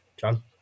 John